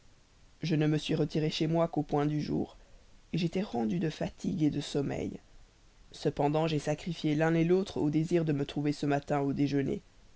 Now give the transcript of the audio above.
je ne me suis retiré chez moi qu'au point du jour j'étais rendu de fatigue de sommeil cependant j'ai sacrifié l'une l'autre au désir de me trouver ce matin au déjeuner